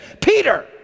Peter